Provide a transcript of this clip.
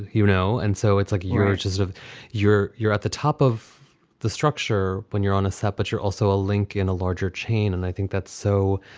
you know. and so it's like you're of your you're at the top of the structure when you're on a set, but you're also a link in a larger chain and i think that's so